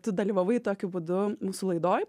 tu dalyvavai tokiu būdu mūsų laidoj